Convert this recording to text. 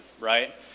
right